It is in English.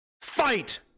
Fight